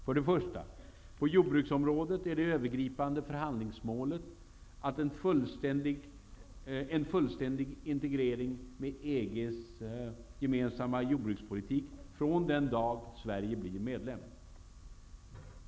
För det första är det övergripande förhandlingsmålet på jordbruksområdet en fullständig integrering med EG:s gemensamma jordbrukspolitik från den dag Sverige blir medlem.